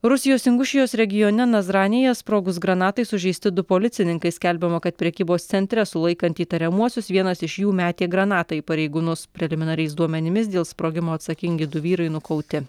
rusijos ingušijos regione nazranėje sprogus granatai sužeisti du policininkai skelbiama kad prekybos centre sulaikant įtariamuosius vienas iš jų metė granatą į pareigūnus preliminariais duomenimis dėl sprogimo atsakingi du vyrai nukauti